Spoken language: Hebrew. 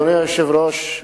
אדוני היושב-ראש,